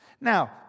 Now